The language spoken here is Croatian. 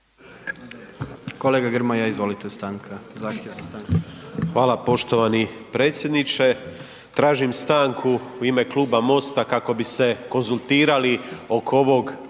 Kolega Grmoja, izvolite stanka, zahtjev za stankom. **Grmoja, Nikola (MOST)** Hvala poštovani predsjedniče. Tražim stanku u ime kluba MOST-a kako bi se konzultirali oko ovog